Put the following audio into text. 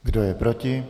Kdo je proti?